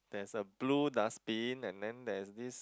there's a blue dustbin and then there's this